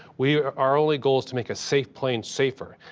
we our only goal is to make a safe plane safer.